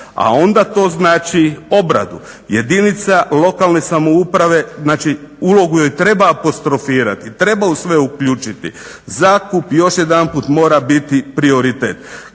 a onda to znači obradu. Jedinica lokalne samouprave, znači ulogu joj treba apostrofirati i treba u sve uključiti. Zakup još jedanput mora biti prioritet